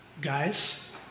Guys